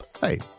Hey